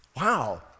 Wow